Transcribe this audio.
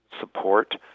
support